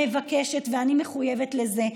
ומבקשת, ואני מחויבת לזה: